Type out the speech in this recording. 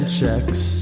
checks